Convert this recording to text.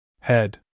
Head